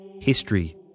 History